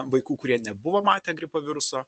vaikų kurie nebuvo matę gripo viruso